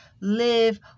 live